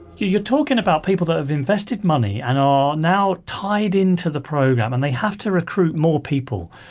you're talking about people that have invested money and are now tied into the program. and they have to recruit more people.